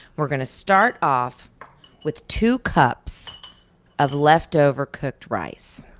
we're going to start off with two cups of leftover cooked rice.